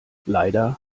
leider